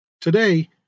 Today